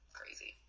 crazy